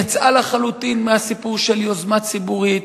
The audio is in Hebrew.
יצאה לחלוטין מהסיפור של יוזמה ציבורית,